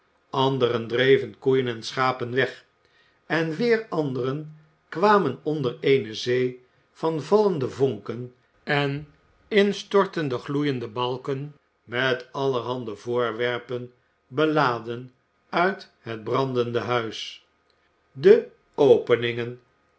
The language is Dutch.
anderen dreven koeien en schapen weg en weer anderen kwamen onder eene zee van vallende vonken en instortende gloeiende balken met allerhande voorwerpen beladen uit het brandende huis de openingen